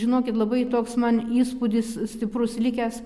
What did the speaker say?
žinokit labai toks man įspūdis stiprus likęs